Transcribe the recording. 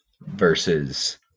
Versus